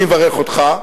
אני מברך אותך,